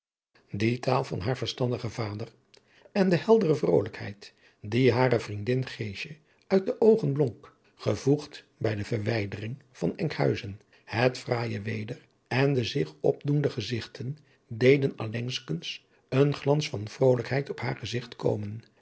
taal van haar verstandigen vader en de heldere vrolijkheid die hare vriendin geesje uit de oogen blonk gevoegd bij de verwijdering van enkhuizen het fraaije weder en de zich opdoende gezigten deden allengskens een glans van vrolijkheid op haar gezigt komen